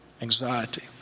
anxiety